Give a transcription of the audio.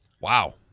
Wow